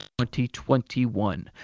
2021